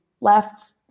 left